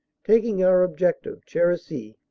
taking our objective, cherisy,